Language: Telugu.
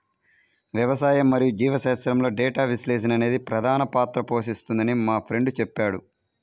వ్యవసాయం మరియు జీవశాస్త్రంలో డేటా విశ్లేషణ అనేది ప్రధాన పాత్ర పోషిస్తుందని మా ఫ్రెండు చెప్పాడు